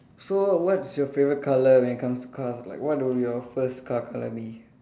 so what's your favourite colour when it comes to cars like what do your first car colour be